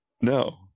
No